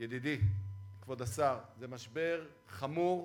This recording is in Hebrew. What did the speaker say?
ידידי כבוד השר, זה משבר חמור,